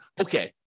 okay